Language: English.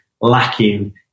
lacking